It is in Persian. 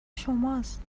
شماست